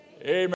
Amen